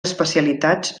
especialitats